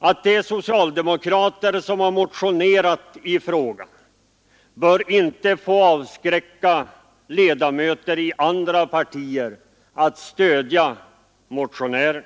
Att det är socialdemokrater som har motionerat i ärendet bör inte avskräcka ledamöter i andra partier från att stödja motionärerna.